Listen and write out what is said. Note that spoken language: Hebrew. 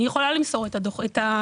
אני יכולה למסור את זה.